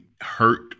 hurt